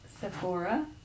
Sephora